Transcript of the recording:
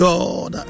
God